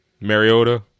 Mariota